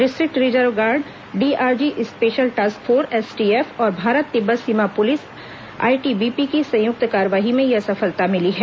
district reserve guard DRG special task force STF और भारत तिब्बत सीमा police ITBP की संयुक्त कार्रवाई में यह सफलता मिली है